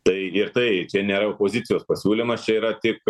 tai ir tai čia nėra opozicijos pasiūlymas čia yra tik